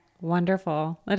Wonderful